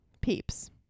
peeps